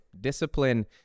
discipline